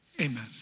amen